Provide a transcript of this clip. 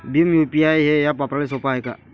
Bhim UPI हे app वापराले सोपे हाय का?